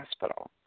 hospital